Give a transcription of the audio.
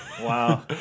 Wow